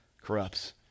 corrupts